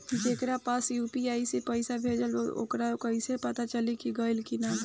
जेकरा पास यू.पी.आई से पईसा भेजब वोकरा कईसे पता चली कि गइल की ना बताई?